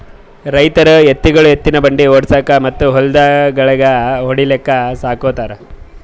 ರೈತರ್ ಎತ್ತ್ಗೊಳು ಎತ್ತಿನ್ ಬಂಡಿ ಓಡ್ಸುಕಾ ಮತ್ತ್ ಹೊಲ್ದಾಗ್ ಗಳ್ಯಾ ಹೊಡ್ಲಿಕ್ ಸಾಕೋತಾರ್